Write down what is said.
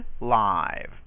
live